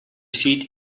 seat